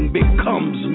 becomes